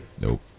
Nope